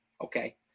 Okay